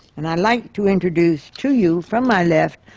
and i'd like to introduce to you, from my left,